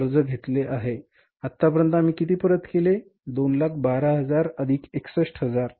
आतापर्यंत आम्ही किती परत केले 212000 अधिक 61000